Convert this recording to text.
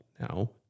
now